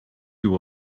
you